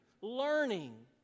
learning